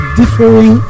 differing